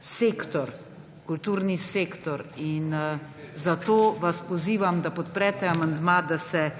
sektor, kulturni sektor. Zato vas pozivam, da podprete amandma, da se